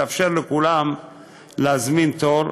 התאפשר לכולם להזמין תור.